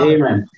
Amen